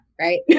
right